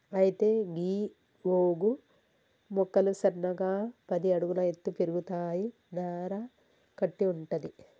అయితే గీ గోగు మొక్కలు సన్నగా పది అడుగుల ఎత్తు పెరుగుతాయి నార కట్టి వుంటది